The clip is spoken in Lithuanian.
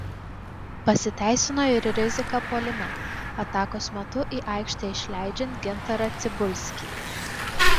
pasiteisino ir rizika puolime atakos metu į aikštę išleidžiant gintarą cibulskį